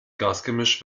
gasgemisch